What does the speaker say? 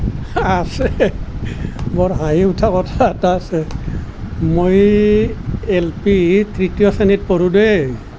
আছে বৰ হাঁহি উঠা কথা এটা আছে মই এলপি তৃতীয় শ্ৰেণীত পঢ়োঁ দেই